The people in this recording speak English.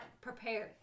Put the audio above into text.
prepared